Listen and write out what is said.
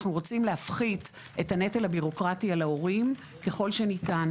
אנחנו רוצים להפחית את הנטל הביורוקרטי על ההורים ככל שניתן.